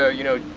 ah you know,